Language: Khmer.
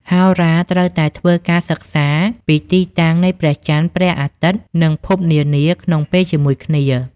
ហោរាត្រូវតែធ្វើការសិក្សាពីទីតាំងនៃព្រះចន្ទ ព្រះអាទិត្យ និងភពនានាក្នុងពេលជាមួយគ្នា។